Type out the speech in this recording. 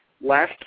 last